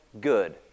good